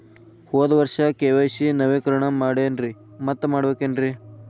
ಹೋದ ವರ್ಷ ಕೆ.ವೈ.ಸಿ ನವೇಕರಣ ಮಾಡೇನ್ರಿ ಮತ್ತ ಮಾಡ್ಬೇಕೇನ್ರಿ?